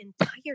entire